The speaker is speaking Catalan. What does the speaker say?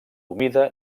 humida